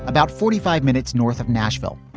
about forty five minutes north of nashville,